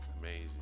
amazing